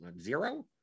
Zero